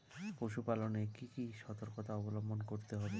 পশুপালন এ কি কি সর্তকতা অবলম্বন করতে হবে?